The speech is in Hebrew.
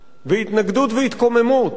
והתנגדות והתקוממות.